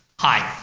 hi,